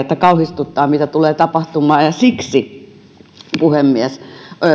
että kauhistuttaa mitä tulee tapahtumaan siksi puhemies